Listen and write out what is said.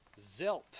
ZILP